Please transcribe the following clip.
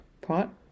Pot